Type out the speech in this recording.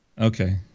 Okay